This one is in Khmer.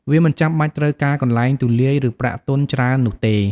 វាមិនចាំបាច់ត្រូវការកន្លែងទូលាយ ឬប្រាក់ទុនច្រើននោះទេ។